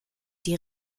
die